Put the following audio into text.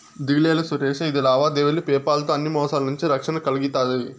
దిగులేలా సురేషా, ఇది లావాదేవీలు పేపాల్ తో అన్ని మోసాల నుంచి రక్షణ కల్గతాది